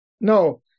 No